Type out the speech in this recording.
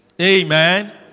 amen